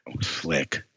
slick